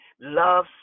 Love